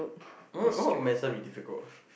why why would medicine be difficult